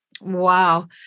Wow